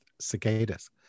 cicadas